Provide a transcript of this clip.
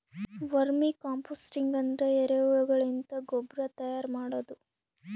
vermi composting ಅಂದ್ರ ಎರಿಹುಳಗಳಿಂದ ಗೊಬ್ರಾ ತೈಯಾರ್ ಮಾಡದು